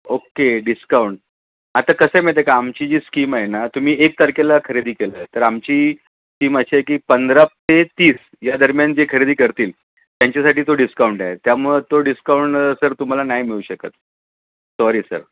okay discount आता कसंय माहिती आहे का आमची जी स्कीम आहे ना तुम्ही एक तारखेला खरेदी केलं आहे तर आमची स्कीम अशी आहे की पंधरा ते तीस या दरम्यान जे खरेदी करतील त्यांच्यासाठी तो डिस्काउंट आहे त्यामुळं तो डिस्काउंट सर तुम्हाला नाही मिळू शकत सॉरी सर